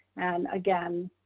and again,